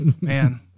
man